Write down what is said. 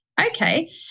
okay